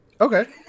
Okay